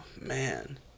man